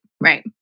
right